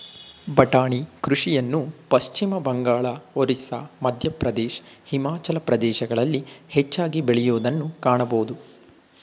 ಬಟಾಣಿ ಕೃಷಿಯನ್ನು ಪಶ್ಚಿಮಬಂಗಾಳ, ಒರಿಸ್ಸಾ, ಮಧ್ಯಪ್ರದೇಶ್, ಹಿಮಾಚಲ ಪ್ರದೇಶಗಳಲ್ಲಿ ಹೆಚ್ಚಾಗಿ ಬೆಳೆಯೂದನ್ನು ಕಾಣಬೋದು